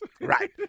Right